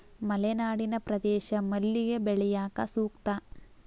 ಮಲೆನಾಡಿನ ಪ್ರದೇಶ ಮಲ್ಲಿಗೆ ಬೆಳ್ಯಾಕ ಸೂಕ್ತ